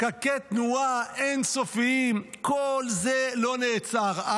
פקקי תנועה אין-סופיים, כל זה לא נעצר.